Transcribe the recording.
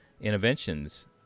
Interventions